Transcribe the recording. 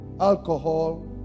Alcohol